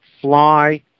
fly